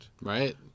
right